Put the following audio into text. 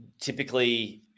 typically